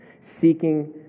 seeking